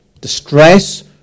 distress